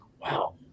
wow